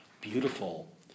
beautiful